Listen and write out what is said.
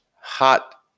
hot